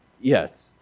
Yes